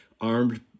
armed